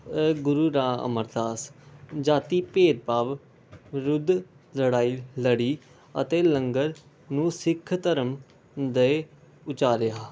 ਗੁਰੂ ਰਾ ਅਮਰਦਾਸ ਜਾਤੀ ਭੇਦ ਭਾਵ ਵਿਰੁੱਧ ਲੜਾਈ ਲੜੀ ਅਤੇ ਲੰਗਰ ਨੂੰ ਸਿੱਖ ਧਰਮ ਦੇ ਉਚਾਰਿਆ